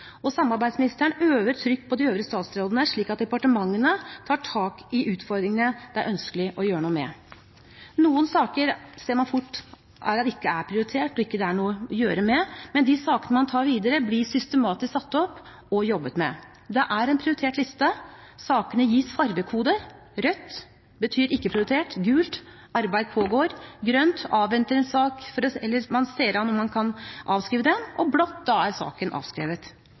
og samarbeidsministeren øver trykk på de øvrige statsrådene slik at departementene tar tak i utfordringene det er ønskelig å gjøre noe med. Noen saker ser man fort at ikke er prioritert og det ikke er noe å gjøre med, men de sakene man tar videre, blir systematisk satt opp og jobbet med. Det er en prioritert liste, sakene gis fargekoder. Rødt betyr ikke prioritert, gult at arbeid pågår, grønt at man avventer en sak eller ser an om man kan avskrive den, og blått at saken er avskrevet.